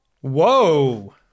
Whoa